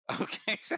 Okay